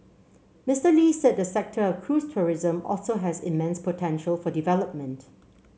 Mister Lee said the sector of cruise tourism also has immense potential for development